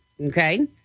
Okay